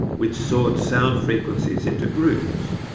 which sorts sound frequencies into groups.